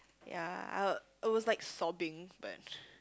ya I would it was like sobbing but